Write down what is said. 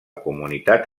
comunitat